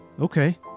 okay